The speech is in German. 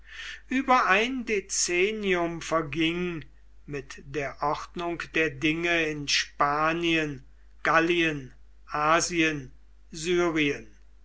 über ein dezennium verging mit der ordnung der dinge in spanien gallien asien syrien